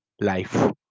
life